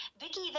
Vicky